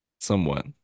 somewhat